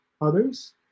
others